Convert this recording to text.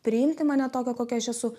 priimti mane tokią kokia aš esu